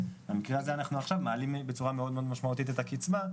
במקרה הזה עכשיו אנחנו מעלים בצורה מאוד מאוד משמעותית את הקצבה,